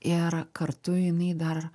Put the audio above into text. ir kartu jinai dar